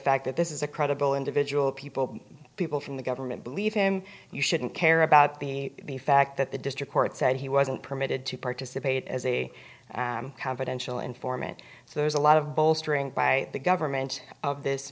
fact that this is a credible individual people people from the government believe him you shouldn't care about the fact that the district court said he wasn't permitted to participate as a confidential informant so there's a lot of bolstering by the government of this